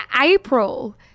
April